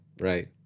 right